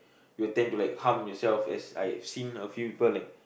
you tend to like harm yourself as I've seen a few people like